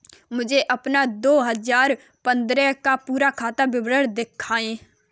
मुझे अपना दो हजार पन्द्रह का पूरा खाता विवरण दिखाएँ?